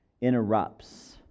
interrupts